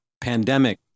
pandemic